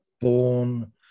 born